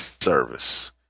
service